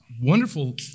Wonderful